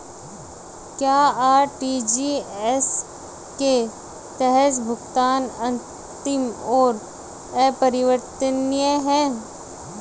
क्या आर.टी.जी.एस के तहत भुगतान अंतिम और अपरिवर्तनीय है?